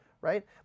right